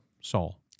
Saul